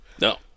No